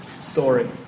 story